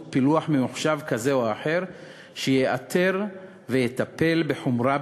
פילוח ממוחשב כזה או אחר שיאתר מקרים כאלה ויטפל בהם בחומרה,